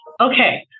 okay